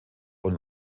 und